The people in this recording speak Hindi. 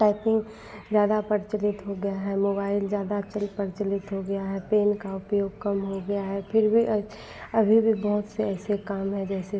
टाइपिंग ज़्यादा प्रचलित हो गया है मोबाइल ज़्यादा चल प्रचलित हो गया है पेन का उपयोग कम हो गया है फ़िर भी अभी भी बहुत से ऐसे काम हैं जैसे